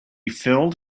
filled